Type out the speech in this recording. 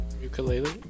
ukulele